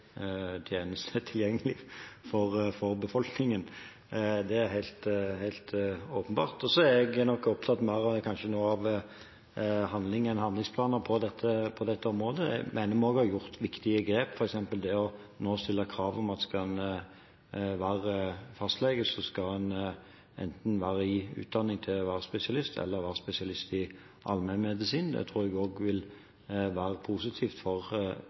tilgjengelig for befolkningen. Det er helt åpenbart. Jeg er kanskje mer opptatt av handling enn av handlingsplaner på dette området, og jeg mener det er tatt viktige grep, f.eks. det at vi nå stiller krav om at skal en være fastlege, så skal en enten være under utdanning til spesialist eller være spesialist i allmennmedisin. Det tror jeg også vil være positivt for